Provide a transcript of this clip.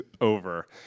over